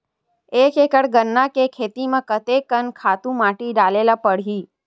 एक एकड़ गन्ना के खेती म कते कन खातु माटी डाले ल पड़ही?